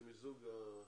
זה מיזוג ההצעות.